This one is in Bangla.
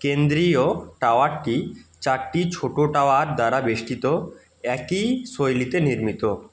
কেন্দ্রীয় টাওয়ারটি চারটি ছোটো টাওয়ার দ্বারা বেষ্টিত একই শৈলীতে নির্মিত